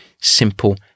simple